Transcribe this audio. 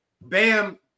Bam